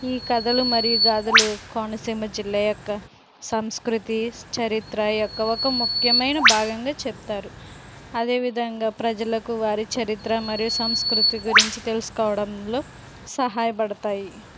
ఈ కథలు మరియు గాథలు కోనసీమ జిల్లా యొక్క సంస్కృతి చరిత్ర యొక్క ఒక ముఖ్యమైన భాగంగా చెప్తారు అదే విధంగా ప్రజలకు వారి చరిత్ర మరియు సంస్కృతి గురించి తెలుసుకోవడంలో సహాయపడతాయి